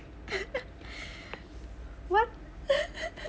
!wah!